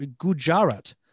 Gujarat